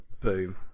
Boom